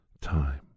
time